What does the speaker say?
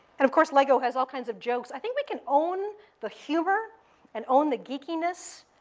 and of course, lego has all kinds of jokes. i think we can own the humor and own the geekiness.